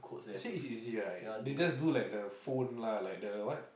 I say it's easy right they just do like like the phone lah like the what